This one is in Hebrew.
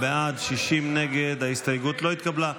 44 בעד, 60 נגד, ההסתייגות לא התקבלה.